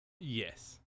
Yes